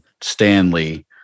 Stanley